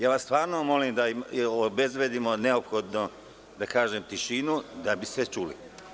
Ja vas stvarno molim da obezbedimo neophodnu, da kažem tišinu, da bi se čuli.